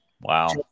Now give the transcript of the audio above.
Wow